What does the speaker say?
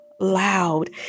loud